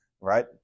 right